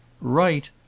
Right